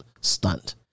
stunt